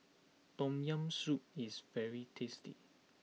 Tom Yam Soup is very tasty